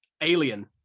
alien